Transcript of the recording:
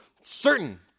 certain